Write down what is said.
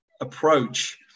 approach